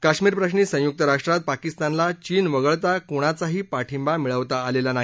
कश्मीर प्रश्वी संयुक्त राष्ट्रात पाकिस्तानला चीन वगळता कुणाचाही पाठिंबा मिळवता आलेला नाही